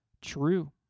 true